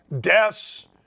Deaths